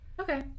Okay